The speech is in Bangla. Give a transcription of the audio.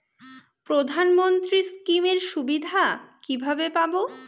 প্রধানমন্ত্রী স্কীম এর সুবিধা কিভাবে পাবো?